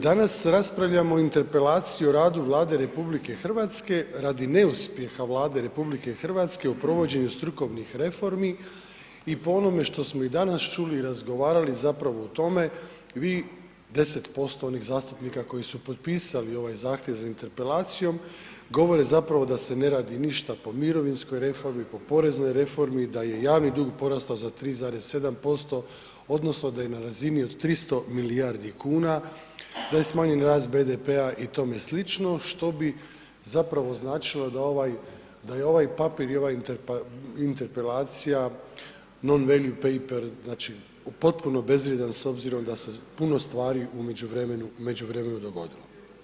Danas raspravljamo o Interpelaciji o radu Vlade RH radi neuspjeha Vlade RH u provođenju strukovnih reformi i po onome što smo i danas čuli i razgovarali zapravo o tome, vi 10% onih zastupnika koji su potpisali ovaj zahtjev za interpelacijom, govore zapravo da se ne radi ništa po mirovinskoj reformi, po poreznoj reformi, da je javni dug porastao za 3,7% odnosno da je na razini od 300 milijardi kuna, da je smanjen rast BDP-a i tome slično, što bi zapravo značilo da je ovaj papir i ova interpelacija… [[Govornik se ne razumije]] znači, potpuno bezvrijedan s obzirom da se puno stvari u međuvremenu dogodilo.